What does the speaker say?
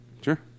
Sure